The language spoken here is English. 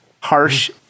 harsh